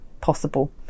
possible